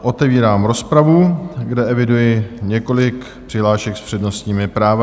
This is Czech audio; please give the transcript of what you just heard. Otevírám rozpravu, kde eviduji několik přihlášek s přednostními právy.